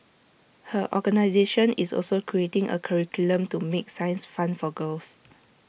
her organisation is also creating A curriculum to make science fun for girls